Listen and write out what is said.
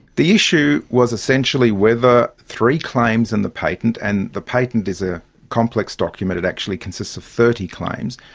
the issue was essentially whether three claims and the patent, and the patent is a complex document, it actually consists of thirty claims,